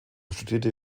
studierte